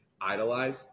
idolize